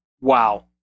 Wow